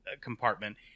compartment